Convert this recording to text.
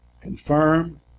confirm